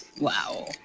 Wow